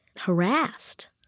harassed